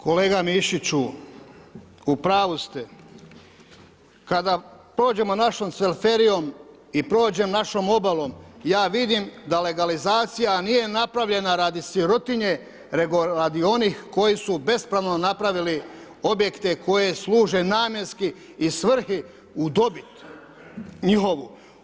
Kolega Mišiću, u pravu ste, kada pođemo našom selferijom i prođem našom obalom, ja vidim da legalizacija nije napravljena radi sirotinje, nego radi onih koji su bespravno napravili objekte koje služe namjenski i svrhi i dobit njihovu.